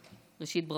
ראשית,